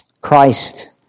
Christ